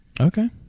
Okay